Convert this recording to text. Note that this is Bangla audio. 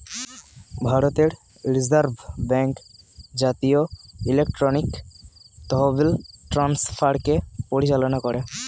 ভারতের রিজার্ভ ব্যাঙ্ক জাতীয় ইলেকট্রনিক তহবিল ট্রান্সফারকে পরিচালনা করে